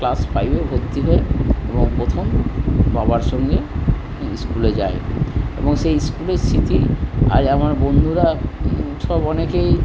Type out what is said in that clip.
class ফাইভে ভর্তি হই এবং প্রথম বাবার সঙ্গে ইস্কুলে যাই এবং সেই ইস্কুলের স্মৃতি আজ আমার বন্ধুরা সব অনেকেই